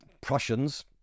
Prussians